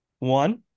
One